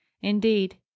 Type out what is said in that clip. Indeed